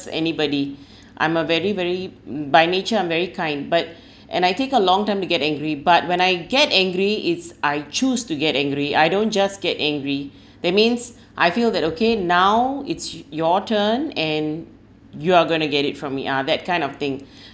anybody I'm a very very mm by nature I'm very kind but and I take a long time to get angry but when I get angry it's I choose to get angry I don't just get angry that means I feel that okay now it's your turn and you are going to get it from me ah that kind of thing